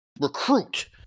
recruit